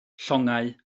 llongau